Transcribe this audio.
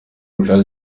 ubushake